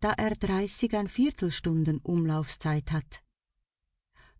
da er stunden umlaufszeit hat